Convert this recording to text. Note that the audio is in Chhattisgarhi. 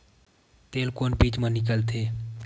तेल कोन बीज मा निकलथे?